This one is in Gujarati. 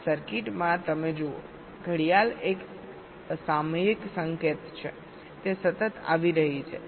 આ સર્કિટમાં તમે જુઓ ઘડિયાળ એક સામયિક સંકેત છે તે સતત આવી રહી છે